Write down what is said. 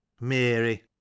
Mary